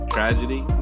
Tragedy